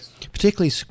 particularly